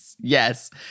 yes